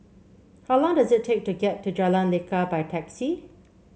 how long does it take to get to Jalan Lekar by taxi